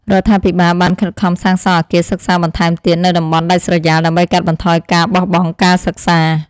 រដ្ឋាភិបាលបានខិតខំសាងសង់អគារសិក្សាបន្ថែមទៀតនៅតំបន់ដាច់ស្រយាលដើម្បីកាត់បន្ថយការបោះបង់ការសិក្សា។